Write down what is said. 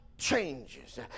changes